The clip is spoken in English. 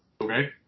Okay